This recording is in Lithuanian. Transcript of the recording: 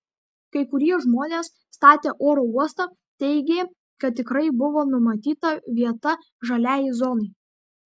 kai kurie žmonės statę oro uostą teigė kad tikrai buvo numatyta vieta žaliajai zonai